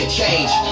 change